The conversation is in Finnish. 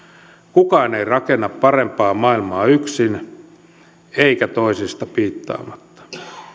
kukaan ei rakenna parempaa maailmaa yksin eikä toisista piittaamatta